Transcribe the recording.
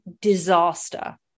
disaster